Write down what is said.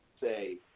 say